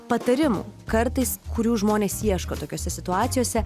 patarimų kartais kurių žmonės ieško tokiose situacijose